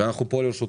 ואנחנו פה לרשותכם,